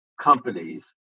companies